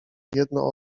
jedno